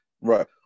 Right